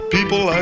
People